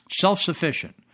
self-sufficient